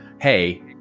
hey